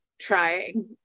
trying